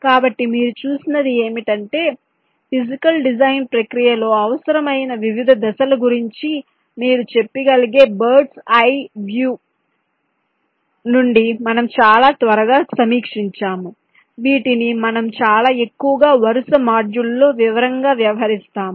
కాబట్టి మీరు చూసినది ఏమిటంటే ఫీజికల్ డిజైన్ ప్రక్రియలో అవసరమైన వివిధ దశల గురించి మీరు చెప్పగలిగే bird's eye view bird's eye view నుండి మనము చాలా త్వరగా సమీక్షించాము వీటిని మనము చాలా ఎక్కువగా వరుస మాడ్యూళ్ళలో వివరంగా వ్యవహరిస్తాము